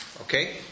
okay